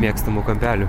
mėgstamų kampelių